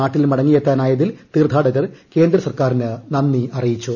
നാട്ടിൽ മടങ്ങിയെത്താനായതിൽ തീർത്ഥാടകർ കേന്ദ്ര സർക്കാരിന് നന്ദി അറിയിച്ചു